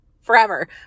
forever